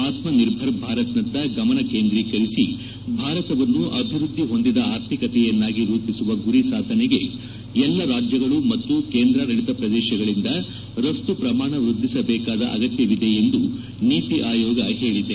ಆತ್ಲ ನಿರ್ಭರ್ ಭಾರತ್ನತ್ತ ಗಮನ ಕೇಂದ್ರೀಕರಿಸಿ ಭಾರತವನ್ನು ಅಭಿವ್ಯದ್ದಿಹೊಂದಿದ ಆರ್ಥಿಕತೆಯನ್ನಾಗಿ ರೂಪಿಸುವ ಗುರಿ ಸಾಧನೆಗೆ ಎಲ್ಲಾ ರಾಜ್ಯಗಳು ಮತ್ತು ಕೇಂದ್ರಾಡಳಿತ ಪ್ರದೇಶಗಳಿಂದ ರಫ್ತು ಪ್ರಮಾಣ ವ್ವದ್ಲಿಸಬೇಕಾದ ಅಗತ್ನವಿದೆ ಎಂದು ನೀತಿ ಆಯೋಗ ಹೇಳಿದೆ